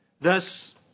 Thus